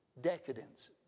decadence